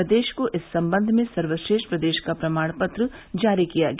प्रदेश को इस संबंध में सर्वश्रेष्ठ प्रदेश का प्रमाण पत्र जारी किया गया